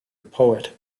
poet